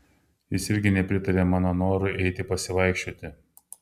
jis irgi nepritarė mano norui eiti pasivaikščioti